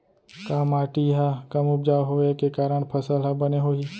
का माटी हा कम उपजाऊ होये के कारण फसल हा बने होही?